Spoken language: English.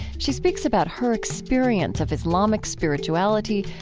she speaks about her experience of islamic spirituality,